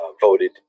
voted